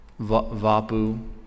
Vapu